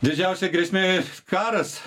didžiausia grėsmė karas